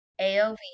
AOV